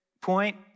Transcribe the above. point